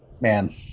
man